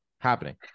happening